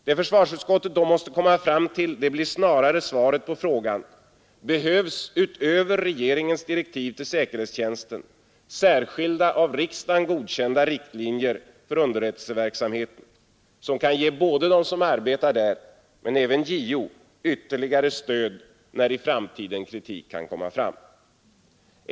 Det försvarsutskottet då måste komma fram till blir snarare svaret på frågan: Behövs utöver regeringens direktiv till säkerhetstjänsten särskilda av riksdagen godkända riktlinjer för underrättelseverksamheten, som kan ge både dem som arbetar där men även JO ytterligare stöd när i framtiden kritik kan komma fram?